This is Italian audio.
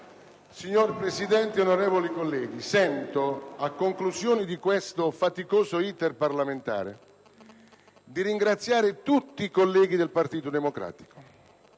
Signor Presidente, onorevoli colleghi, a conclusione di questo faticoso *iter* parlamentare sento di ringraziare tutti i colleghi del Partito Democratico,